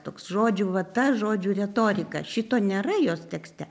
toks žodžių vata žodžių retorika šito nėra jos tekste